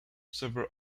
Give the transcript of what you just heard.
several